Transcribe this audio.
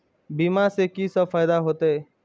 बीमा से की सब फायदा होते?